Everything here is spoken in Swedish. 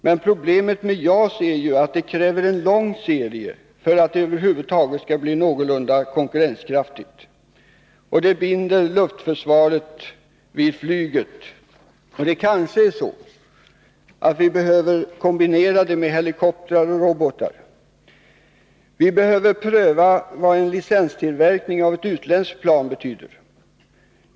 Men problemet med JAS är att det kräver en lång serie för att det över huvud skall bli någorlunda konkurrenskraftigt. Detta binder i sin tur luftförsvaret vid flyget. Kanske behöver flyget kombineras med helikoptrar och robotar? Vi behöver pröva vad en licenstillverkning av ett utländskt plan betyder.